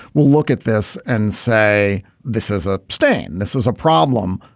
we'll look at this and say this is a stain. this is a problem.